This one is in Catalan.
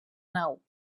nau